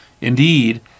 Indeed